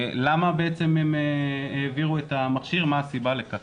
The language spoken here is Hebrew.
למה הם העבירו את המכשיר, מה הסיבה לכך.